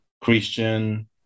Christian